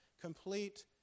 Complete